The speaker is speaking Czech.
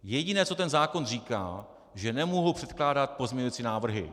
Jediné, co ten zákon říká, že nemohu předkládat pozměňovací návrhy.